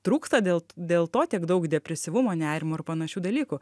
trūksta dėl dėlto tiek daug depresyvumo nerimo ir panašių dalykų